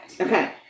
Okay